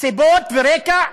סיבות ורקע,